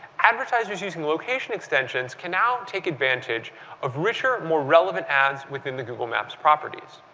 advertisers using location extensions can now take advantage of richer, more relevant ads within the google maps properties.